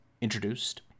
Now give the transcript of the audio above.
introduced